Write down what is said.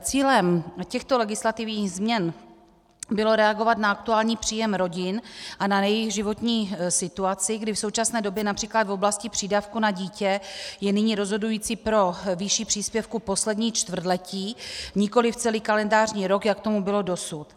Cílem těchto legislativních změn bylo reagovat na aktuální příjem rodin a na jejich životní situaci, kdy v současné době například v oblasti přídavků na dítě je nyní rozhodující pro výši příspěvku poslední čtvrtletí, nikoliv celý kalendářní rok, jak tomu bylo dosud.